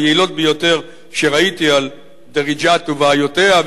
היעילות ביותר שראיתי על דריג'את ובעיותיה,